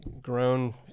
grown